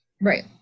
right